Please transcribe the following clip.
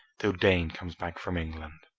till dane comes back from england!